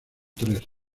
tres